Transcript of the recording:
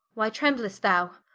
why tremblest thou?